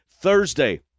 Thursday